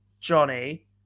Johnny